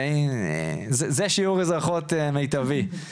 זה שיעור אזרחות מיטבי.